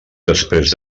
després